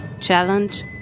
challenge